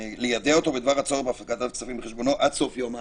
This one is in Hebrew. "ליידע אותו בדבר הצורך בהפקדת כספים בחשבונו עד סוף יום העסקים".